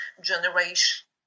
generation